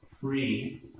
free